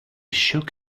shook